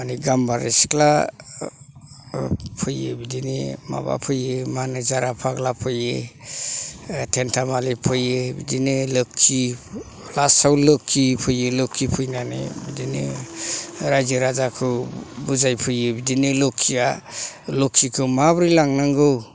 माने गाम्बारि सिख्ला फैयो बिदिनो माबा फैयो माबा होनो जारा फाग्ला फैयो थेन्थामालि फैयो बिदिनो लोखि लास्तआव लोखि फैयो लोखि फैनानै बिदिनो रायजो राजाखौ बुजायफैयो बिदिनो लोखिया लोखिखौ माबोरै लांनांगौ